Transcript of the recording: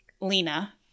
Lena